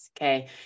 Okay